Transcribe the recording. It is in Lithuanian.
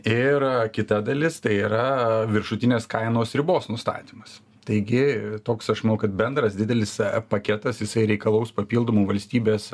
ir kita dalis tai yra viršutinės kainos ribos nustatymas taigi toks aš manau kad bendras didelis paketas jisai reikalaus papildomų valstybės